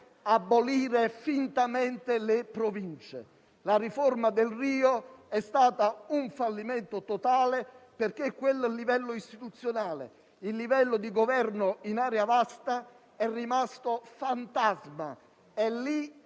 abolire fintamente le Province. La riforma Delrio è stata un fallimento totale perché quel livello istituzionale, il livello di governo in area vasta, è rimasto fantasma. È lì